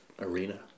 Arena